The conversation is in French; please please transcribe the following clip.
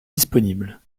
disponibles